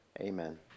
Amen